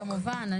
כמובן.